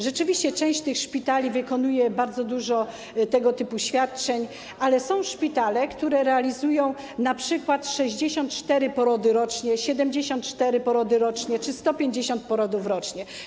Rzeczywiście część tych szpitali wykonuje bardzo dużo tego typu świadczeń, ale są szpitale, które realizują np. 64 porody rocznie, 74 porody rocznie czy 150 porodów rocznie.